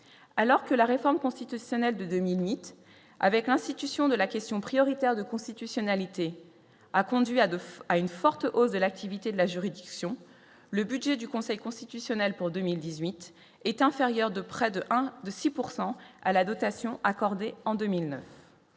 alors que la réforme constitutionnelle de Dominique avec institution de la question prioritaire de constitutionnalité a conduit à 2 à une forte hausse de l'activité de la juridiction, le budget du Conseil constitutionnel pour 2018 est inférieur de près de 1 de 6 pourcent à la dotation accordée en 2009,